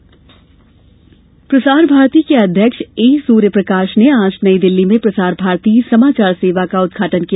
प्रसार भारती प्रसार भारती के अध्यक्ष ए सूर्यप्रकाश ने आज नई दिल्ली में प्रसार भारती समाचार सेवा का उद्घाटन किया